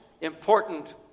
important